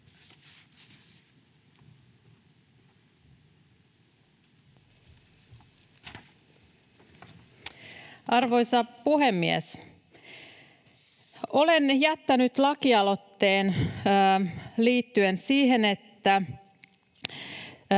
Arvoisa puhemies! Olen jättänyt lakialoitteen liittyen siihen, että